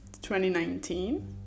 2019